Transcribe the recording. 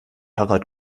harald